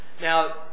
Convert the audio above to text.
Now